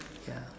ya